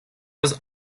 was